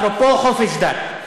אפרופו חופש דת,